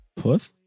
puth